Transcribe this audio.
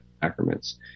sacraments